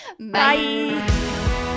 Bye